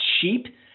cheap